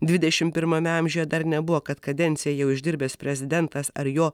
dvidešimt pirmame amžiuje dar nebuvo kad kadenciją jau išdirbęs prezidentas ar jo